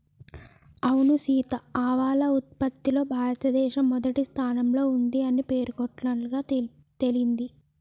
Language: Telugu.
అవును సీత ఆవాల ఉత్పత్తిలో భారతదేశం మొదటి స్థానంలో ఉంది అని పేర్కొన్నట్లుగా తెలింది